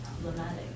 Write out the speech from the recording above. problematic